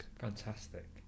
Fantastic